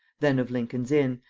then of lincoln's inn,